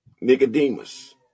nicodemus